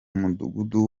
mudugudu